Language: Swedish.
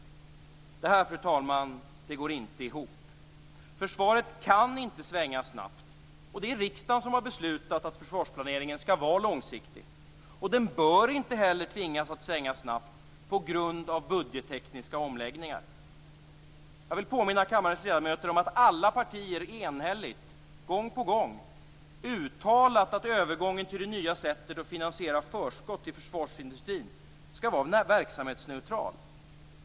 Och det här, fru talman, går inte ihop. Försvaret kan inte svänga snabbt, och det är riksdagen som har beslutat att försvarsplaneringen skall vara långsiktig. Den bör inte heller tvingas att svänga snabbt på grund av budgettekniska omläggningar. Jag vill påminna kammarens ledamöter om att alla partier enhälligt - gång på gång - uttalat att övergången till det nya sättet att finansiera förskott till försvarsindustrin skall vara verksamhetsneutral.